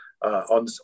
On